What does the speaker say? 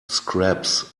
scraps